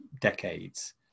decades